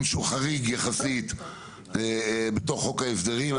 שהוא חריג יחסית בתוך חוק ההסדרים.